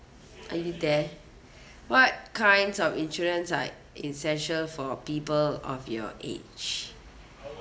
are you there what kinds of insurance are essential for people of your age